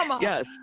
Yes